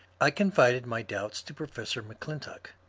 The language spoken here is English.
i confided my doubts to professor m'clintock.